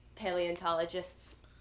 paleontologists